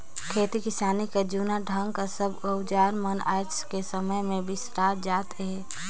खेती किसानी कर जूना ढंग कर सब अउजार मन आएज कर समे मे बिसरात जात अहे